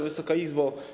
Wysoka Izbo!